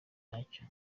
nyacyo